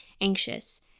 anxious